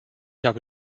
habe